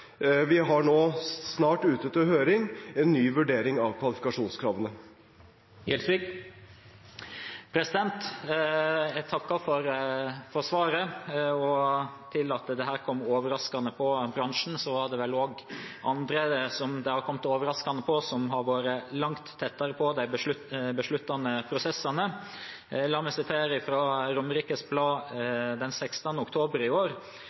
snart ha ute på høring en ny vurdering av kvalifikasjonskravene. Jeg takker for svaret. I tillegg til at dette kom overraskende på bransjen, er det vel også andre dette har kommet overraskende på, som har vært langt tettere på de besluttende prosessene. La meg sitere fra Romerikes Blad den 16. oktober i år: